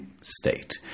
state